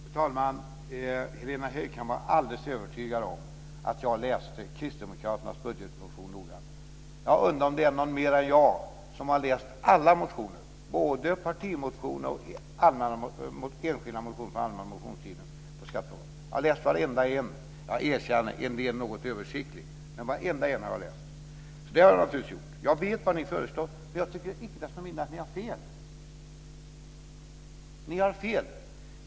Fru talman! Helena Höij kan vara alldeles övertygad om att jag läste kristdemokraternas budgetmotion noga. Jag undrar om det är någon mer än jag som har läst alla motioner, både partimotioner och enskilda motioner från allmänna motionstiden, på skatteområdet. Jag har läst varenda en. Jag erkänner att jag har läst en del något översiktligt, men jag har gått igenom varenda en. Jag vet vad ni föreslår, och jag tycker dessutom att ni har fel.